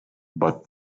but